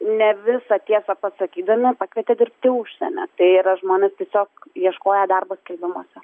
ne visą tiesą pasakydami pakvietė dirbti į užsienį tai yra žmonės tiesiog ieškoję darbo skelbimuose